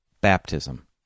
baptism